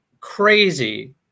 crazy